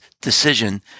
decision